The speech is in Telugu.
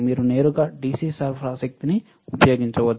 మీరు నేరుగా DC సరఫరా శక్తిని ఉపయోగించవచ్చు